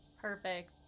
Perfect